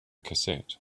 cassette